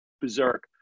berserk